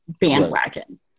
bandwagon